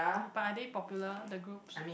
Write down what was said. but are they popular the groups